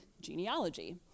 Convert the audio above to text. genealogy